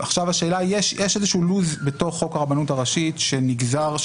יש איזשהו לוז בתוך חוק הרבנות הראשית שנגזר,